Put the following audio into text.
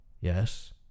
yes